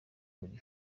buri